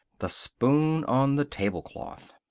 the spoon on the tablecloth.